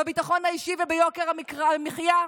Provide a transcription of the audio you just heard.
בביטחון האישי וביוקר המחיה.